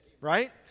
Right